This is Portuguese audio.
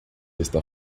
está